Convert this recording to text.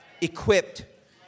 equipped